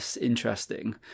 interesting